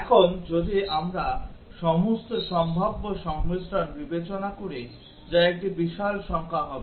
এখন যদি আমরা সমস্ত সম্ভাব্য সংমিশ্রণ বিবেচনা করি যা একটি বিশাল সংখ্যা হবে